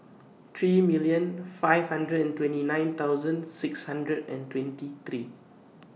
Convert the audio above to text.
three million five hundred and twenty nine thousand six hundred and twenty three